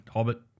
Hobbit